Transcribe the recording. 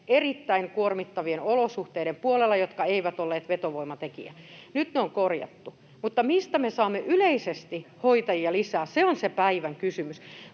erittäin kuormittavien olosuhteiden puolella, jotka eivät olleet vetovoimatekijä. Nyt ne on korjattu. Mutta mistä me saamme yleisesti hoitajia lisää? Se on se päivän kysymys.